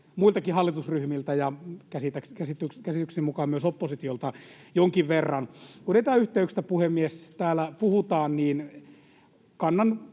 muiltakin hallitusryhmiltä ja käsitykseni mukaan myös oppositiolta jonkin verran. Kun etäyhteyksistä, puhemies, täällä puhutaan, niin kannan